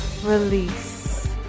Release